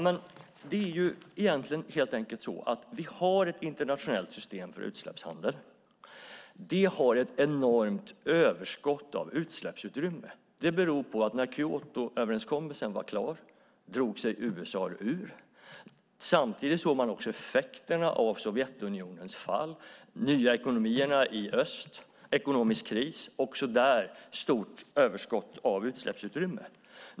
Men det är helt enkelt så att vi har ett internationellt system för utsläppshandel. Det har ett enormt överskott av utsläppsutrymme. Det beror på att när Kyotoöverenskommelsen var klar drog sig USA ur. Samtidigt såg vi effekterna av Sovjetunionens fall, de nya ekonomierna i öst, ekonomisk kris, också där ett stort överskott av utsläppsutrymme.